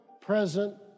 present